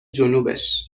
جنوبش